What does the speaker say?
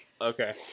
Okay